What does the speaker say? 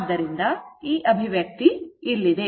ಆದ್ದರಿಂದ ಈ ಅಭಿವ್ಯಕ್ತಿ ಇಲ್ಲಿದೆ